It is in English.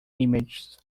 images